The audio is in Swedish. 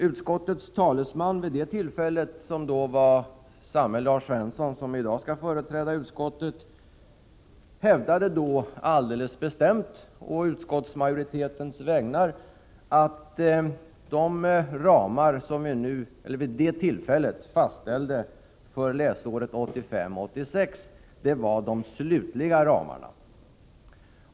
Utskottets talesman vid det tillfället, Lars Svensson — samma person som i dag företräder utskottet — hävdade alldeles bestämt å utskottsmajoritetens vägnar att de ramar som vi vid det tillfället fastställde för läsåret 1985/86 var de slutliga ramarna.